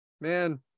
man